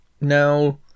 Now